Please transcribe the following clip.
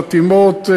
חתימות,